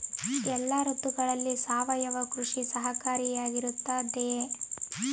ಎಲ್ಲ ಋತುಗಳಲ್ಲಿ ಸಾವಯವ ಕೃಷಿ ಸಹಕಾರಿಯಾಗಿರುತ್ತದೆಯೇ?